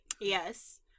Yes